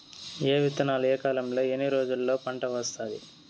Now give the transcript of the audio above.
ఏ విత్తనాలు ఏ కాలంలో ఎన్ని రోజుల్లో పంట వస్తాది?